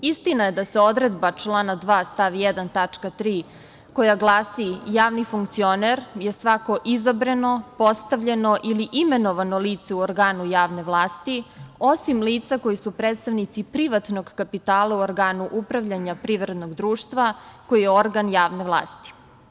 Istina je da se odredba člana 2. stav 1. tačka 3. koja glasi – Javni funkcioner je svako izabrano, postavljeno ili imenovano lice u organu javne vlasti, osim lica koji su predstavnici privatnog kapitala u organu upravljanja privrednog društva, koji je organ javne vlasti.